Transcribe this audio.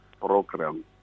program